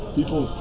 people